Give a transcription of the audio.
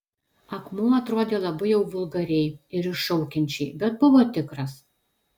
akmuo atrodė labai jau vulgariai ir iššaukiančiai bet buvo tikras